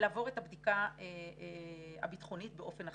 לעבור את הבדיקה הביטחונית באופן אחר.